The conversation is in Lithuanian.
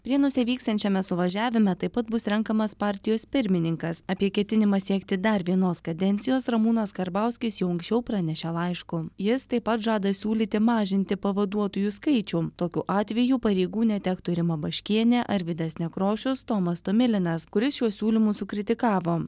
prienuose vyksiančiame suvažiavime taip pat bus renkamas partijos pirmininkas apie ketinimą siekti dar vienos kadencijos ramūnas karbauskis jau anksčiau pranešė laišku jis taip pat žada siūlyti mažinti pavaduotojų skaičių tokiu atveju pareigų netektų rima baškienė arvydas nekrošius tomas tomilinas kuris šiuos siūlymus sukritikavo